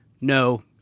no